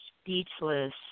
speechless